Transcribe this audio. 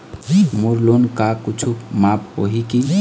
मोर loan हा कुछू माफ होही की?